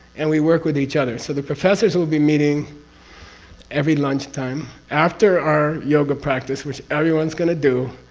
and we work with each other. so the professors will be meeting every lunchtime, after our yoga practice, which everyone's going to do.